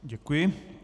Děkuji.